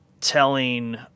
telling